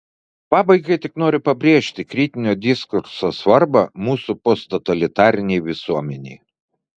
pabaigai tik noriu pabrėžti kritinio diskurso svarbą mūsų posttotalitarinei visuomenei